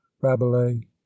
rabelais